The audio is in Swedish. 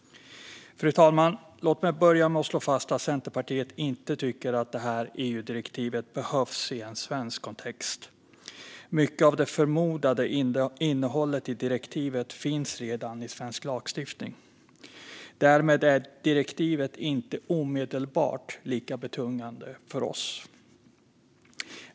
Fru talman! Låt mig börja med att slå fast att Centerpartiet inte tycker att det här EU-direktivet behövs i en svensk kontext. Mycket av det förmodade innehållet i direktivet finns redan i svensk lagstiftning. Därmed är direktivet inte omedelbart lika betungande för oss.